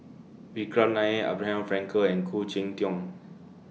Vikram Nair Abraham Frankel and Khoo Cheng Tiong